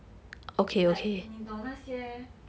like 你懂那些